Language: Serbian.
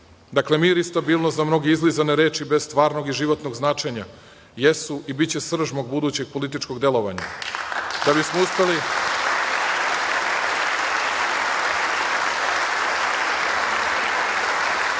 mir i stabilnost, za mnoge izlizane reči bez stvarnog i životnog značenja, jesu i biće srž mog budućeg političkog delovanja. Da bismo uspeli